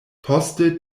poste